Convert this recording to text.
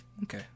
Okay